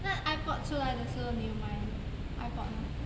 那 ipod 出来的时候你有买 ipod mah